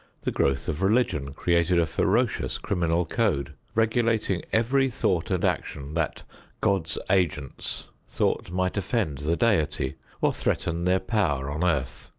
the growth of religion created a ferocious criminal code, regulating every thought and action that god's agents thought might offend the deity or threaten their power on earth.